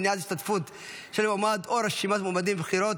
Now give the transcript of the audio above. מניעת השתתפות של מועמד או של רשימת מועמדים בבחירות),